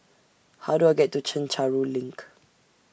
How Do I get to Chencharu LINK